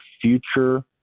future